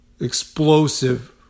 Explosive